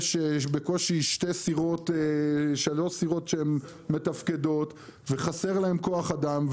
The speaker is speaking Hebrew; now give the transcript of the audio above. יש בקושי שתיים-שלוש סירות שמתפקדות וחסר להם כוח אדם.